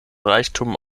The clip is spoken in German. reichtum